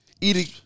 eating